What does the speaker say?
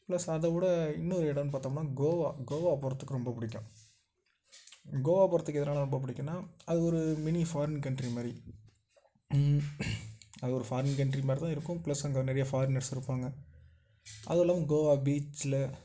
plus அதைவுட இன்னொரு இடன்னு பார்த்தோம்னா கோவா கோவா போறத்துக்கு ரொம்ப பிடிக்கும் கோவா போகிறத்துக்கு எதனால் ரொம்ப பிடிக்குன்னா அது ஒரு மினி ஃபாரின் கன்ட்ரி மாதிரி அது ஒரு ஃபாரின் கன்ட்ரி மாதிரி தான் இருக்கும் பிளஸ் அங்கே நிறையா ஃபாரினர்ஸ் இருப்பாங்க அதுவும் இல்லாமல் கோவா பீச்சில்